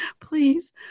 please